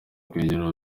kwegera